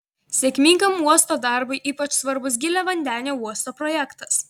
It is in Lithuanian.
sėkmingam uosto darbui ypač svarbus giliavandenio uosto projektas